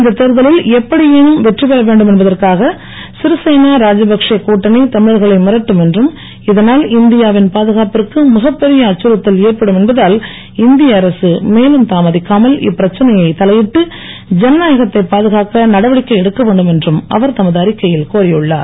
இந்த தேர்தலில் எப்படியேனும் வெற்றி பெற வேண்டும் என்பதற்காக சிறுசேனா ராஜபக்சே கட்டணி தமிழர்களை மிரட்டும் என்றும் இதனால் இந்தியாவின் பாதுகாப்பிற்கு மிகப் பெரிய அச்சுறுத்தல் ஏற்படும் என்பதால் இந்திய அரசு மேலும் தாமதிக்காமல் இப்பிரச்சனையை தலையிட்டு ஜனநாகத்தை பாதுகாக்க நடவடிக்கை எடுக்க வேண்டும் என்றும் அவர் தமது அறிக்கையில் கோரி உள்ளார்